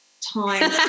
Time